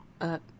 up